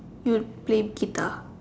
would play guitar